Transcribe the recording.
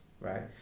right